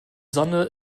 sonne